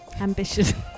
ambition